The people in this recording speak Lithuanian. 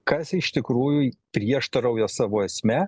kas iš tikrųjų prieštarauja savo esme